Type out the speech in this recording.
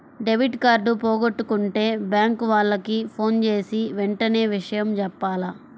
debit card పోగొట్టుకుంటే bank వాళ్లకి ఫోన్జేసి వెంటనే విషయం జెప్పాల